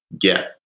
get